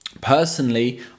personally